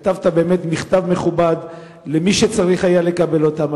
כתבת באמת מכתב מכובד למי שצריך היה לקבל אותם,